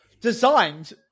designed